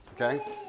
Okay